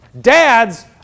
Dads